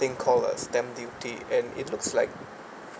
thing called a stamp duty and it looks like